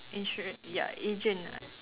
insurance ya agent ah